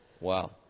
Wow